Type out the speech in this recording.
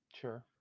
Sure